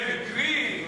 זה מקרי?